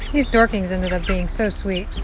these dorkings ended up being so sweet.